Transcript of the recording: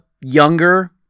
younger